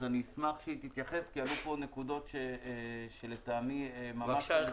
אני אשמח שהיא תתייחס כי עלו פה נקודות שלטעמי לא מדויקות.